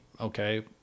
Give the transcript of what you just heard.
okay